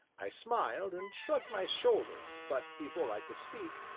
i smiled and shrugged my shoulders, but, before i could speak,